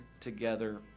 together